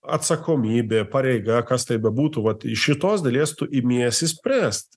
atsakomybė pareiga kas tai bebūtų vat iš šitos dalies tu imiesi spręst